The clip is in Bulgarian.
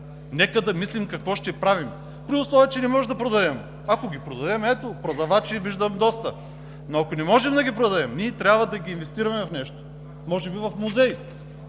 нека да мислим какво ще правим, при условие че не можем да продадем. Ако продадем, ето, виждам доста продавачи. Но ако не можем да ги продадем, ние трябва да ги инвестираме в нещо. Може би в музей!